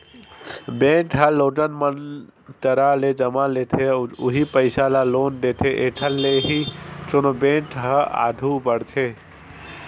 bank ह लोगन मन करा ले जमा लेथे अउ उहीं पइसा ल लोन देथे एखर ले ही कोनो बेंक ह आघू बड़थे